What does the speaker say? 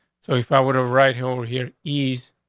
so if i would have right here, over here, ease,